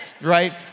right